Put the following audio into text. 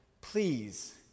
please